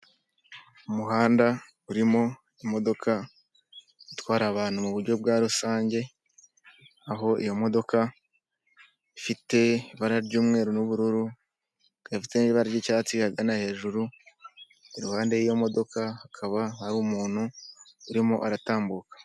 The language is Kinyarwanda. Umuhanda urimo imodoka itwara abantu muburyo bwa rusange aho iyo modoka ifite ibara ry'umweru n'ubururu ifite n'ibara ry’ icyatsi agana hejuru iruhande iyo modoka hakaba hari umuntu urimo aratambuka.